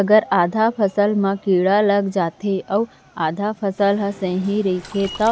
अगर आधा फसल म कीड़ा लग जाथे अऊ आधा फसल ह सही रइथे त